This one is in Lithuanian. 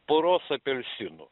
poros apelsinų